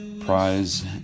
prize